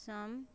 सम